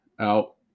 out